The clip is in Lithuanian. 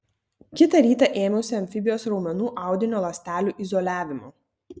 kitą rytą ėmiausi amfibijos raumenų audinio ląstelių izoliavimo